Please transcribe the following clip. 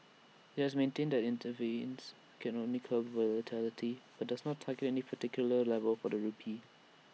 IT has maintained that IT intervenes can only curb volatility but doesn't target any particular level for the rupee